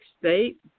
State